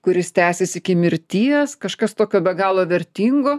kuris tęsis iki mirties kažkas tokio be galo vertingo